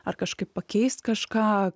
ar kažkaip pakeist kažką